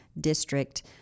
District